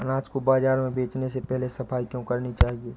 अनाज को बाजार में बेचने से पहले सफाई क्यो करानी चाहिए?